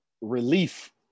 relief